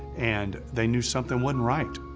and they knew something wasn't right.